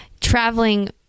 traveling